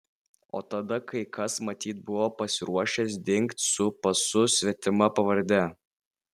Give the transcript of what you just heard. o tada kai kas matyt buvo pasiruošęs dingt su pasu svetima pavarde